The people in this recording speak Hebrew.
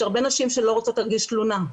יש הרבה נשים שלא רוצות להגיש תלונה,